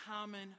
common